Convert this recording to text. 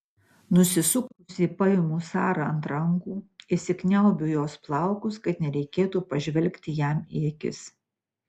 nusisukusi paimu sarą ant rankų įsikniaubiu į jos plaukus kad nereikėtų pažvelgti jam į akis